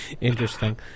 interesting